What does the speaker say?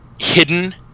hidden